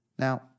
Now